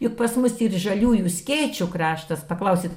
juk pas mus ir žaliųjų skėčių kraštas paklausit